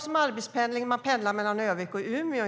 för arbetspendling mellan Örnsköldsvik och Umeå.